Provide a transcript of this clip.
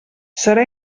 serà